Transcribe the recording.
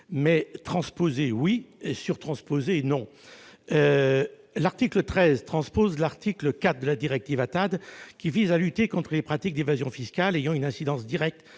Transposer, oui ; surtransposer, non ! L'article 13 tend à transposer l'article 4 de la directive ATAD, qui vise à lutter contre les pratiques d'évasion fiscale ayant une incidence directe